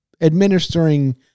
administering